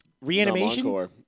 Reanimation